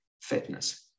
Fitness